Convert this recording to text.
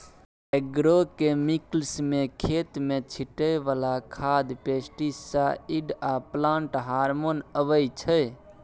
agrochemicals मे खेत मे छीटय बला खाद, पेस्टीसाइड आ प्लांट हार्मोन अबै छै